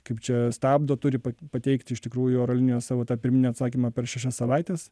kaip čia stabdo turi pateikti iš tikrųjų oro linijos savo tą pirminį atsakymą per šešias savaites